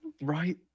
Right